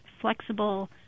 flexible